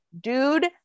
Dude